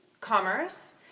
commerce